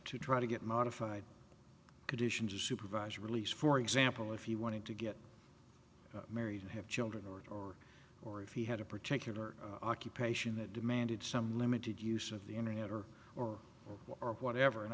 to try to get modified conditions of supervised release for example if you wanted to get married have children or or if he had a particular occupation that demanded some limited use of the internet or or whatever and